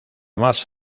más